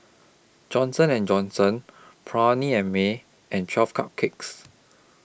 Johnson and Johnson Perllini and Mel and twelve Cupcakes